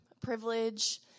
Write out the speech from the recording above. privilege